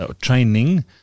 training